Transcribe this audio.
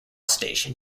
station